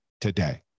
today